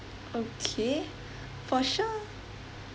okay for sure